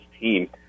team